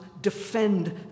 defend